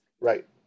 right